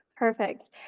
Perfect